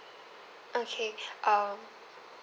okay um